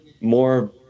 more